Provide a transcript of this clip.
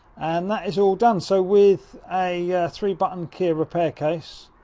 and that is all done. so with a three button kia repair case,